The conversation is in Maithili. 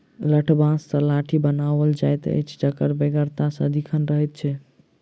लठबाँस सॅ लाठी बनाओल जाइत अछि जकर बेगरता सदिखन रहैत छै